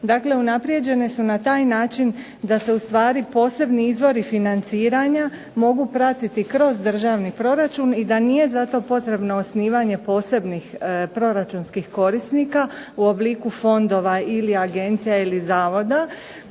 Dakle, unaprijeđene su na taj način da se u stvari posebni izvori financiranja mogu pratiti kroz državni proračun i da nije za to potrebno osnivanje posebnih proračunskih korisnika u obliku fondova ili agencija ili zavoda.